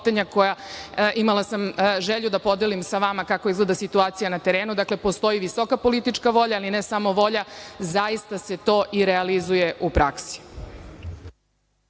koja sam imala želju da podelim sa vama kako izgleda situacija na terenu, dakle, postoji visoka politička volja, ali ne samo volja, zaista se to i realizuje u praksi.